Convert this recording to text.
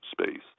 space